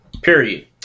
Period